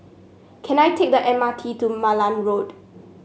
can I take the M R T to Malan Road